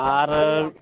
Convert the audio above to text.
ᱟᱨ